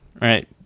Right